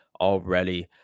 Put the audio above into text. already